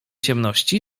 ciemności